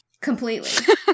Completely